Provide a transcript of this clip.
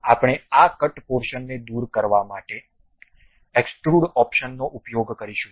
હવે આપણે આ કટ પોર્શનને દુર કરવા માટે એક્સ્ટ્રુડ ઓપ્શનનો ઉપયોગ કરીશું